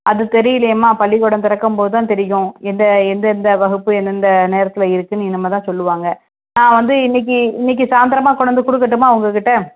அது தெரியிலயேம்மா பள்ளிக்கூடம் திறக்கம் போது தான் தெரியும் எந்த எந்த எந்த வகுப்பு எந்த எந்த நேரத்தில் இருக்குன்னு இனிமே தான் சொல்லுவாங்க நான் வந்து இன்னக்கு இன்னக்கு சாய்ந்தரமாக கொண்டு வந்து கொடுக்கட்டுமா உங்கள்கிட்ட